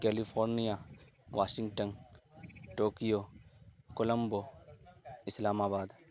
California Washington Tokyo Colombo اسلام آباد